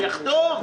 שיחתום.